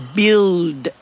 build